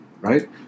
right